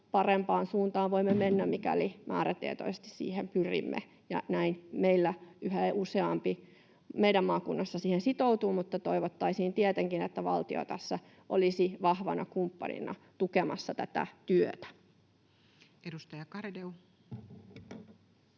parempaan suuntaan voimme mennä, mikäli määrätietoisesti siihen pyrimme. Näin yhä useampi meidän maakunnassamme siihen sitoutuu, mutta toivottaisiin tietenkin, että valtio tässä olisi vahvana kumppanina tukemassa tätä työtä. [Speech